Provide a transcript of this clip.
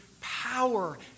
power